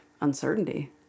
uncertainty